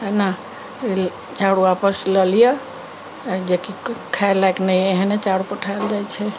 एना चाउर वापस लऽ लीअ जेकि खाय लायक नहि अछि एहने चाउर पठायल जाय छै